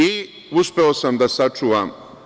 I uspeo sam da sačuvam.